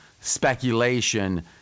speculation